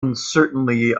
uncertainly